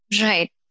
right